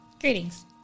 Greetings